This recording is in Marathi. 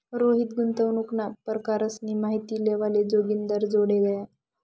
रोहित गुंतवणूकना परकारसनी माहिती लेवाले जोगिंदरजोडे गया